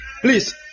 Please